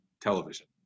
television